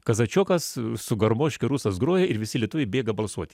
kazačiokas su garmoške rusas groja ir visi lietuviai bėga balsuot